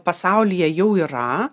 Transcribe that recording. pasaulyje jau yra